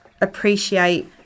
appreciate